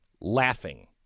laughing